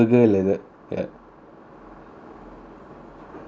ya